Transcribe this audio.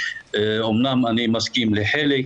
אני מסכים לחלק,